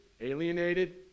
alienated